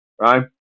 Right